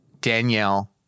Danielle